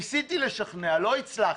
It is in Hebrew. ניסיתי לשכנע, לא הצלחתי.